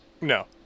No